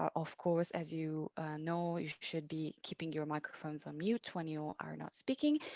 of course, as you know, you should be keeping your microphones on mute when you are not speaking.